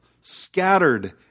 scattered